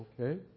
okay